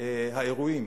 האירועים